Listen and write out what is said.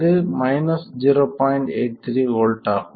83 volt ஆகும்